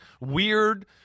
Weird